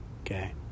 Okay